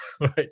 right